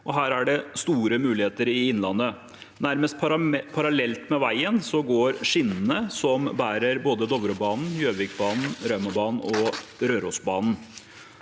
Her er det store muligheter i Innlandet. Nærmest parallelt med veien går skinnene som bærer både Dovrebanen, Gjøvikbanen, Raumabanen og Rørosbanen.